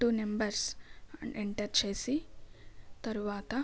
two numbers enter చేసి తరువాత